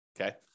okay